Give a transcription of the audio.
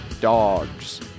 dogs